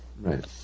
Right